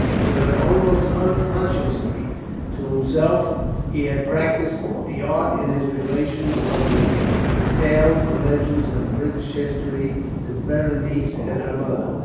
so that almost unconsciously to himself he had practised the art in his relations of the tales and legends of british history to berenice and her mother.